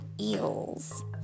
eels